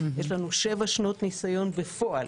יש לנו שבע שנות ניסיון בפועל